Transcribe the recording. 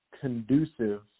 conducive